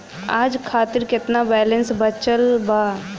आज खातिर केतना बैलैंस बचल बा?